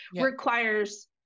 requires